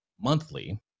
monthly